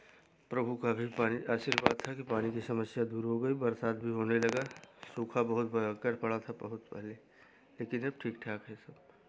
प्रभु का भी पानी आशीर्वाद था कि पानी की समस्या दूर हो गई बरसात भी होने लगा सुख बहुत भयंकर पड़ा था बहुत पहले लेकिन अब ठीक ठाक है सब